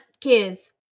kids